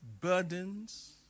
burdens